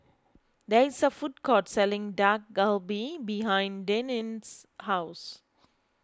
there is a food court selling Dak Galbi behind Deneen's house